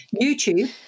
YouTube